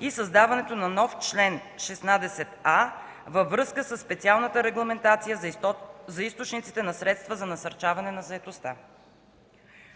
и създаването на нов чл. 16а във връзка със специалната регламентация за източниците на средства за насърчаване на заетостта.